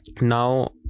Now